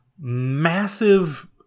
massive